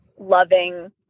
loving